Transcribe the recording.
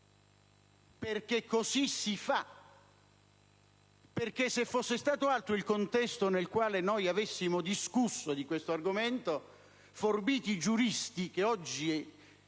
perché così si fa, perché se fosse stato altro il contesto nel quale avessimo discusso di questo argomento, i forbiti giuristi che oggi